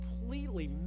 completely